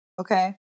okay